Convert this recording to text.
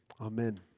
Amen